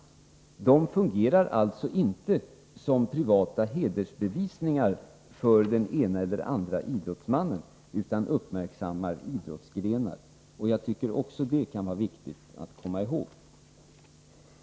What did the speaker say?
Frimärkena fungerar alltså inte som privata hedersbevisningar för den ene eller den andre idrottsmannen utan uppmärksammar idrottsgrenar. Det kan vara viktigt att komma ihåg.